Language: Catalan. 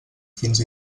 fins